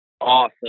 Awesome